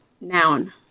noun